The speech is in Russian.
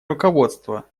руководство